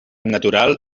natural